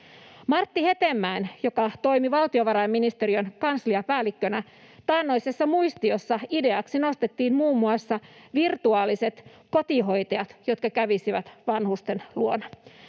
Martti Hetemäen, joka toimi valtiovarainministeriön kansliapäällikkönä, taannoisessa muistiossa ideaksi nostettiin muun muassa virtuaaliset kotihoitajat, jotka kävisivät vanhusten luona.